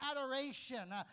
adoration